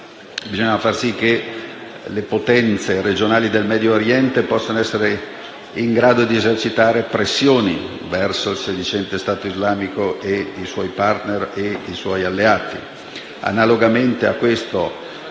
Bisogna fare in modo che le potenze regionali del Medio Oriente possano essere in grado di esercitare pressioni verso il sedicente Stato islamico, i suoi *partner* e i suoi alleati. Analogamente si